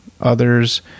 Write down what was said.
others